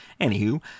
Anywho